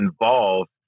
involved